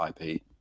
IP